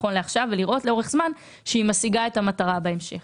נכון לעכשיו לראות לאורך זמן שהיא משיגה את המטרה בהמשך.